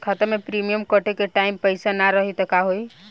खाता मे प्रीमियम कटे के टाइम पैसा ना रही त का होई?